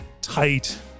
tight